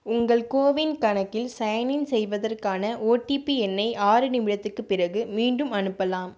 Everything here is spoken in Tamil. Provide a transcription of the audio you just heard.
உங்கள் கோவின் கணக்கில் சைன் இன் செய்வதற்கான ஓடிபி எண்ணை ஆறு நிமிடத்துக்குப் பிறகு மீண்டும் அனுப்பலாம்